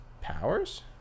Powers